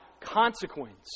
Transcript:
Consequence